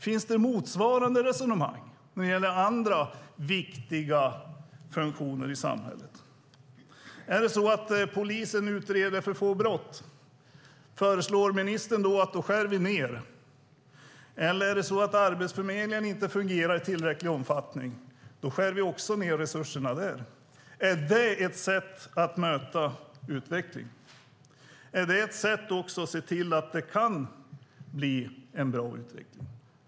Finns det motsvarande resonemang när det gäller andra viktiga funktioner i samhället? Om polisen utreder för få brott, föreslår ministern att vi ska skära ned? Om Arbetsförmedlingen inte fungerar i tillräcklig omfattning, skär vi ned resurserna där? Är det ett sätt att möta utveckling? Är det också ett sätt att se till att det kan bli en bra utveckling?